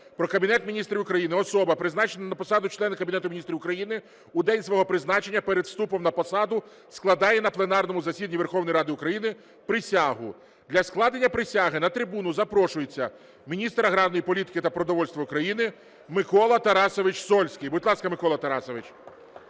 «Про Кабінет Міністрів України», особа призначена на посаду члена Кабінету Міністрів України у день свого призначення, перед вступом на посаду, складає на пленарному засіданні Верховної Ради України присягу. Для складення присяги, на трибуну, запрошується міністр аграрної політики та продовольства України Микола Тарасович Сольський. Будь ласка, Микола Тарасович.